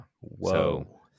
whoa